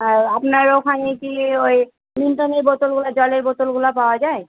আর আপনার ওখানে কি ওই মিল্টনের বোতলগুলো জলের বোতলগুলা পাওয়া যায়